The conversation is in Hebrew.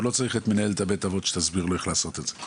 הוא לא צריך את מנהלת בית האבות שתסביר לו איך לעשות את זה.